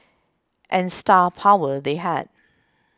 and star power they had